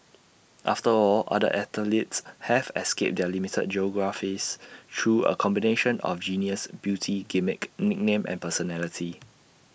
after all other athletes have escaped their limited geographies through A combination of genius beauty gimmick nickname and personality